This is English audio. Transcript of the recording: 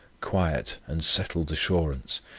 quiet, and settled assurance,